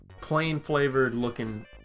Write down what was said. plain-flavored-looking